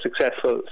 successful